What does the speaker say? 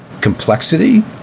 complexity